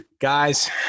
Guys